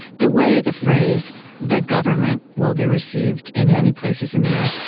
the way the phrase the government will be received in many places in the u s,